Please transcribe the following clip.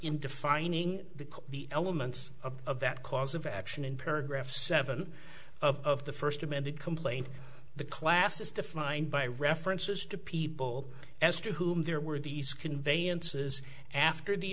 in defining the elements of that cause of action in paragraph seven of the first amended complaint the class is defined by references to people as to whom there were these conveyances after the